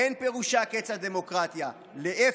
אין פירושה 'קץ הדמוקרטיה' להפך!